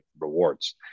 rewards